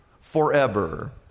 forever